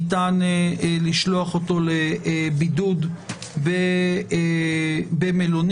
ניתן לשלוח אותו לבידוד במלונית.